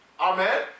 Amen